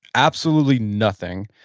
absolutely nothing.